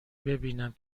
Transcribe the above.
ببینم